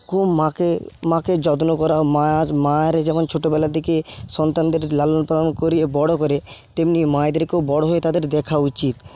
খুব মাকে মাকে যত্ন করা হোক মায়ের মায়েরা যেমন ছোটবেলা থেকে সন্তানদের লালন পালন করে বড় করে তেমনি মায়েদেরকেও বড়ো হয়ে তাদের দেখা উচিত